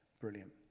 Brilliant